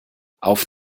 auf